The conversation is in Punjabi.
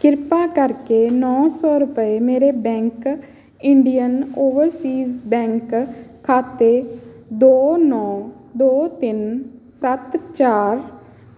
ਕਿਰਪਾ ਕਰਕੇ ਨੌ ਸੌ ਰੁਪਏ ਮੇਰੇ ਬੈਂਕ ਇੰਡੀਅਨ ਓਵਰਸੀਜ਼ ਬੈਂਕ ਖਾਤੇ ਦੋ ਨੌ ਦੋ ਤਿੰਨ ਸੱਤ ਚਾਰ